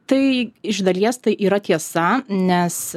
tai iš dalies tai yra tiesa nes